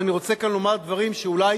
ואני רוצה כאן לומר דברים שאולי